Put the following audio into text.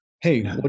Hey